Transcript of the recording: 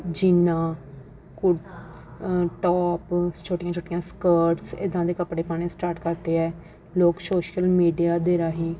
ਜੀਨਾਂ ਕੁ ਟੋਪ ਛੋਟੀਆਂ ਛੋਟੀਆਂ ਸਕਰਟਸ ਇੱਦਾਂ ਦੇ ਕੱਪੜੇ ਪਾਉਣੇ ਸਟਾਰਟ ਕਰ ਦਿੱਤੇ ਹੈ ਲੋਕ ਸੋਸ਼ਲ ਮੀਡੀਆ ਦੇ ਰਾਹੀਂ